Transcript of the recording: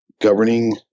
governing